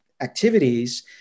Activities